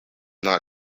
not